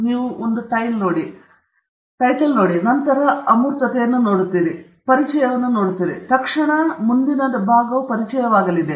ನೀವು ಒಂದು ಟೈಲ್ ನೋಡಿ ನಂತರ ಅಮೂರ್ತತೆಯನ್ನು ನೋಡುತ್ತೀರಿ ಮತ್ತು ನಂತರ ನೀವು ಪರಿಚಯವನ್ನು ನೋಡುತ್ತೀರಿ ತಕ್ಷಣದ ಮುಂದಿನ ಭಾಗವು ಪರಿಚಯವಾಗಲಿದೆ